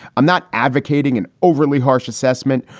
i'm not advocating an overly harsh assessment.